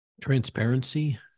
transparency